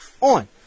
on